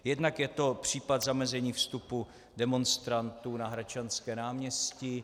Jednak je to případ zamezení vstupu demonstrantů na Hradčanské náměstí.